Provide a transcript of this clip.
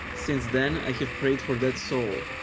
since then i have prayed for that soul.